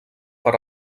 per